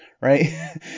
right